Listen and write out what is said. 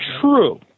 True